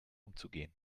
umzugehen